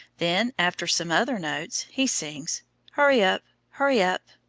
then, after some other notes, he sings hurry-up, hurry-up,